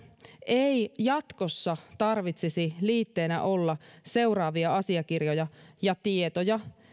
ei jatkossa tarvitsisi liitteenä olla seuraavia asiakirjoja ja tietoja